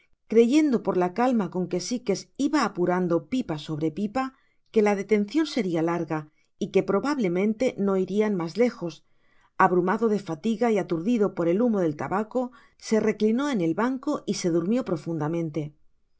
creyendo por la calma con que sikes iba apurando pipa sobre pipa que la detencion seria larga y que probablemente no irian mas lejos abrumado de fatiga y aturdido por el humo del tabaco se reclinó en el banco y se durmió profundamente